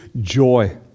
Joy